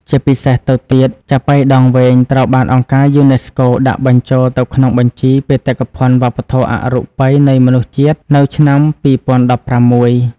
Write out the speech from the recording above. ជាពិសេសទៅទៀត ចាប៉ីដងវែង ត្រូវបានអង្គការ UNESCO ដាក់បញ្ចូលទៅក្នុងបញ្ជី បេតិកភណ្ឌវប្បធម៌អរូបីនៃមនុស្សជាតិ នៅឆ្នាំ ២០១៦។